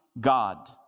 God